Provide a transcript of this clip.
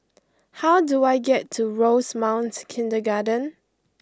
how do I get to Rosemount Kindergarten